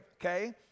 okay